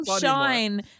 shine